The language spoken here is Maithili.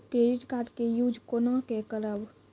क्रेडिट कार्ड के यूज कोना के करबऽ?